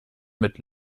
mit